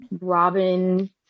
Robin